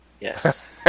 yes